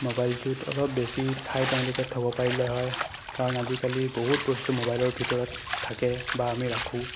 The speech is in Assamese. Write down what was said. মোবাইলটোত অলপ বেছি ঠাই তেওঁলোকে থ'ব পাৰিলে হয় কাৰণ আজিকালি বহুত বস্তু মোবাইলৰ ভিতৰত থাকে বা আমি ৰাখোঁ